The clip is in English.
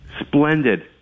Splendid